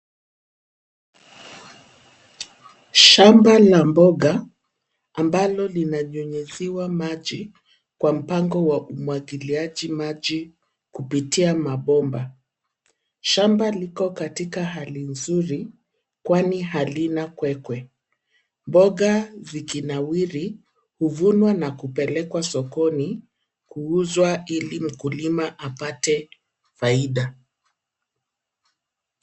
Shamba la mboga ambalo linanyunyiziwa maji kwa mpango wa umwagiliaji maji kupitia mabomba. Shamba liko katika hali nzuri kwani halina kwekwe. Mboga zikinawiri huvunwa na kupelekwa sokoni kuuzwa ili mkulima apate faida.